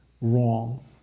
wrong